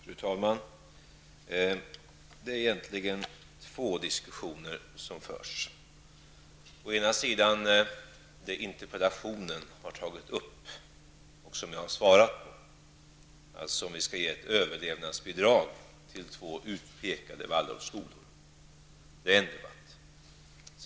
Fru talman! Det är egentligen två diskussioner som nu förs. Den ena diskussionen gäller den fråga som tas upp i interpellationen och interpellationssvaret, dvs. frågan huruvida vi skall ge ett överlevnadsbidrag till två angivna Waldorfskolor.